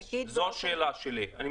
גם